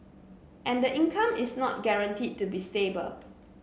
and the income is not guaranteed to be stable